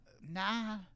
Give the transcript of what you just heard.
Nah